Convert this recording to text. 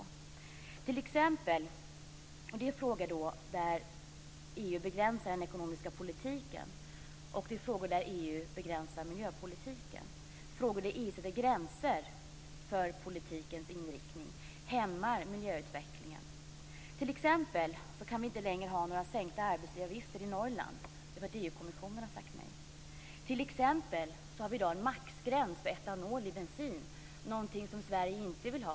Det gäller t.ex. frågor där EU begränsar den ekonomiska politiken och miljöpolitiken. Det är frågor där EU sätter gränser för politikens inriktning och hämmar miljöutvecklingen. Vi kan t.ex. inte längre ha några sänkta arbetsgivaravgifter i Norrland eftersom EU-kommissionen har sagt nej. Vi har i dag t.ex. en maxgräns för etanol i bensin, någonting som Sverige inte vill ha.